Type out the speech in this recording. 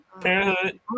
Parenthood